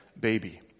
baby